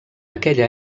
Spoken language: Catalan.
aquella